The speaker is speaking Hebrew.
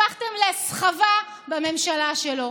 הפכתם לסחבה בממשלה שלו.